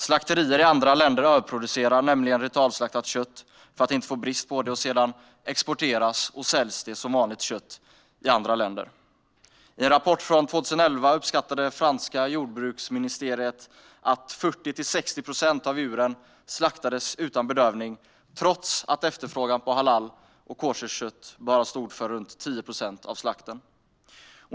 Slakterier i andra länder överproducerar nämligen ritualslaktat kött för att inte få brist på det, och sedan exporteras och säljs det i andra länder som vanligt kött. I en rapport från 2011 uppskattade det franska jordbruksministeriet att 40-60 procent av djuren slaktades utan bedövning trots att efterfrågan på halal och koscherkött bara stod för runt 10 procent av slakten.